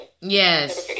Yes